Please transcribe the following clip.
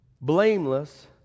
blameless